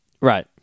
Right